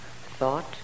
thought